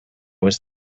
was